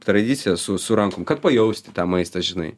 tradicija su su rankom kad pajausti tą maistą žinai